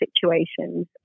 situations